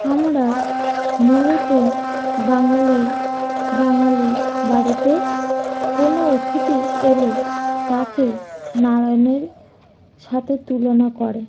আমরা মূলত বাঙালির বাঙালি বাড়িতে কোনো অতিথি এলে তাকে নারায়ণের সাথে তুলনা করে